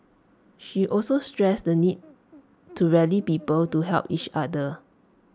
she also stressed the need to rally people to help each other